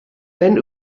wenn